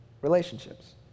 Relationships